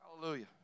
hallelujah